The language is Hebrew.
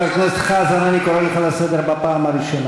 חבר הכנסת חזן, אני קורא אותך לסדר בפעם הראשונה.